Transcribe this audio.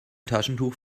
taschentuch